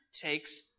takes